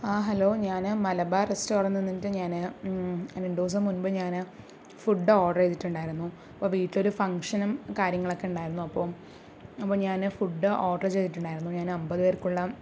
ആ ഹലോ ഞാന് മലബാർ റെസ്റ്റോറൻറ്റിൽ നിന്ന് ഞാന് രണ്ട് ദിവസം മുൻപ്പ് ഞാന് ഫുഡ് ഓർഡർ ചെയ്തിട്ടുണ്ടായിരുന്നു അപ്പോൾ വീട്ടിൽ ഒരു ഫങ്ക്ഷനും കാര്യങ്ങളൊക്കെ ഉണ്ടായിരുന്നു അപ്പോൾ ഞാന് ഫുഡ് ഓർഡർ ചെയ്തിട്ടുണ്ടായിരുന്നു ഞാൻ അമ്പത് പേർക്കുള്ള